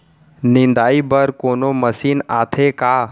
निंदाई बर कोनो मशीन आथे का?